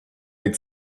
had